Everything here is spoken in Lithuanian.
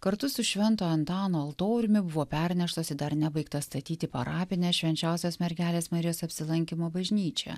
kartu su švento antano altoriumi buvo perneštos į dar nebaigtą statyti parapinę švenčiausios mergelės marijos apsilankymo bažnyčią